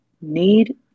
Need